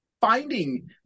finding